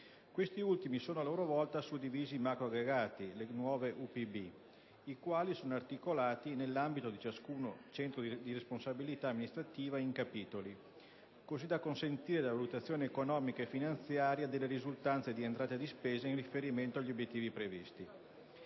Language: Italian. Questi ultimi sono, a loro volta, suddivisi in macroaggregati (le nuove UPB), i quali sono articolati, nell'ambito di ciascun centro di responsabilità amministrativa, in capitoli, così da consentire la valutazione economica e finanziaria delle risultanze di entrata e di spesa in riferimento agli obiettivi previsti.